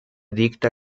dicta